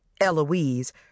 Eloise